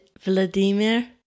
Vladimir